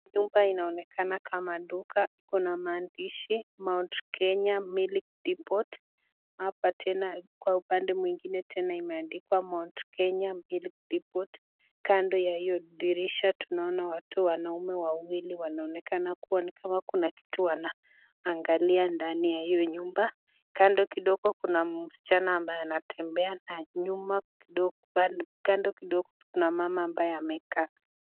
Nyumba inaonekana kama duka, kuna maandishi [Mount Kenya milk depot], hapa tena, kwa upande mwingine tena imeandikwa [Mount Kenya milk depot] kando ya hiyo dirisha tunaona watu, wanaume wawili wanaonekana kuwa ni kama kuna kitu wanaangalia ndani ya hiyo nyumba, kando kidogo kuna msichana mwenye anatembea, na kando kidogo kuna mama ambaye amekaa.